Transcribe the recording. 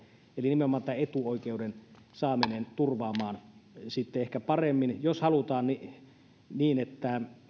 eli nimenomaan tämän etuoikeiden saaminen turvaamaan ehkä paremmin jos halutaan että